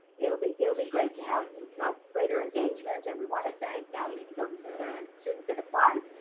it'll be it'll be great to have a greater engagement and we wanna thank um the the students that applied,